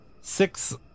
six